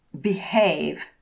behave